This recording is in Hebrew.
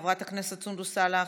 חברת הכנסת סונדוס סאלח,